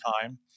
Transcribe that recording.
time